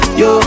yo